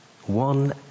One